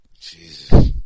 Jesus